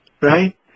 Right